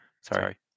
Sorry